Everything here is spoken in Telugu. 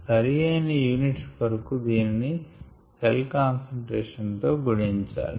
సరి అయినా యూనిట్స్ కొరకు దీనిని సెల్ కాన్సంట్రేషన్ తో గుణించాలి